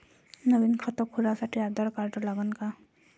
नवीन खात खोलासाठी आधार कार्ड लागन का?